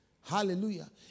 Hallelujah